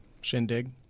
shindig